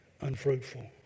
unfruitful